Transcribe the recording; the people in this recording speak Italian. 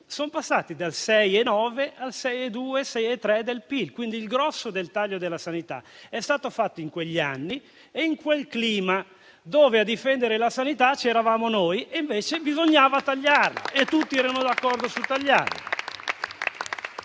sono passati dal 6,9 al 6,2-6,3 del PIL. Quindi il grosso dei tagli alla sanità è stato fatto in quegli anni e in quel clima, dove a difendere la sanità c'eravamo noi, ma invece bisognava tagliarla e tutti erano d'accordo sul tagliarla.